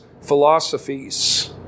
philosophies